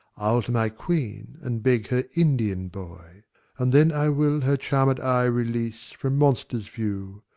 i'll to my queen, and beg her indian boy and then i will her charmed eye release from monster's view,